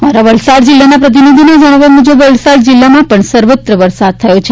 અમારા વલસાડ જિલ્લાના પ્રતિનિધિના જણાવ્યા મુજબ વલસાડ જિલ્લામાં પણ સર્વત્ર વરસાદ થયો હતો